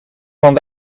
van